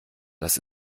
das